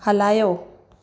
हलायो